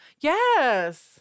Yes